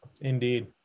indeed